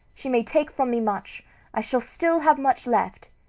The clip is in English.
she may take from me much i shall still have much left.